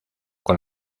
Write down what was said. con